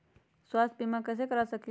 स्वाथ्य बीमा कैसे करा सकीले है?